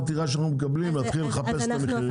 הטרחה שהם מקבלים להתחיל לחפש את המחירים.